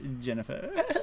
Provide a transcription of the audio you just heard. Jennifer